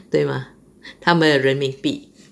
对吗他们的人民币